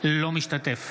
אינו משתתף